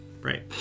right